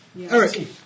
Eric